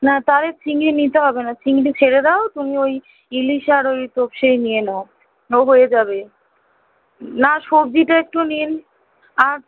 না তাহলে চিংড়ি নিতে হবে না চিংড়ি ছেড়ে দাও তুমি ঐ ইলিশ আর ঐ তোপসেই নিয়ে নাও হয়ে যাবে না সবজিটা একটু নিন আর